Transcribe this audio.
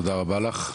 תודה רבה לך,